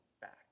back